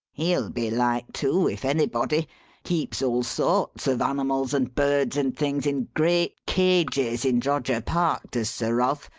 he'll be like to, if anybody. keeps all sorts of animals and birds and things in great cages in droger park, does sir ralph.